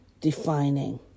defining